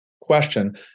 question